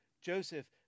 Joseph